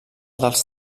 dels